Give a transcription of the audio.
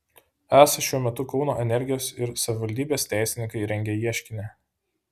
esą šiuo metu kauno energijos ir savivaldybės teisininkai rengia ieškinį